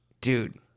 dude